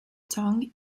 tongue